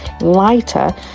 lighter